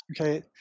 Okay